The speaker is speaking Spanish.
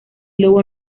lobo